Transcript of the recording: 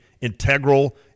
integral